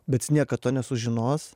bet jis niekad to nesužinos